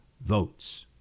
votes